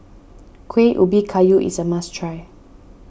Kueh Ubi Kayu is a must try